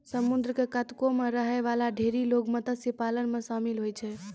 समुद्र क कातो म रहै वाला ढेरी लोग मत्स्य पालन म शामिल होय छै